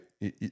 right